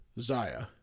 Zaya